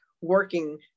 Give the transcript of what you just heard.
working